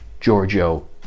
Giorgio